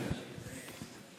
עד שלוש דקות.